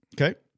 Okay